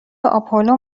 آپولو